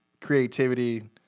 creativity